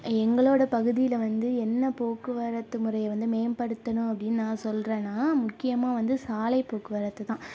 எங்களோடய பகுதியில் வந்து என்ன போக்குவரத்து முறையை வந்து மேம்படுத்தணும் அப்படினு நான் சொல்கிறேன்னா முக்கியமாக வந்து சாலை போக்குவரத்துதான்